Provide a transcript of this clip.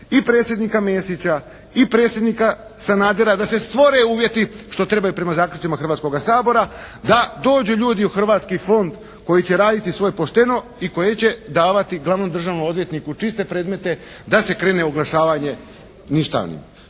i predsjednika Mesića i predsjednika Sanadera, da se stvore uvjeti što trebaju prema zaključcima Hrvatskoga sabora, da dođu ljudi u hrvatski fond koji će raditi svoje pošteno i koji će davati glavnom državnom odvjetniku čiste predmete da se krene u oglašavanje ništavnim.